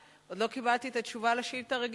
עוד לא קיבלתי את התשובה על השאילתא הרגילה,